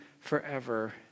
forever